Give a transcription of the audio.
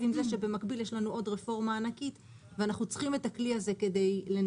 עם זה שבמקביל יש לנו רפורמה ענקית שאנחנו צריכים את הכלי הזה.